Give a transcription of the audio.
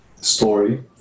story